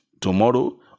tomorrow